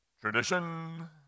Tradition